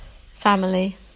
family